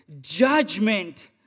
Judgment